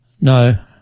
No